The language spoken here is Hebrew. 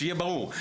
שיהיה ברור,